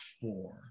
four